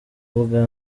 ubwa